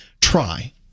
try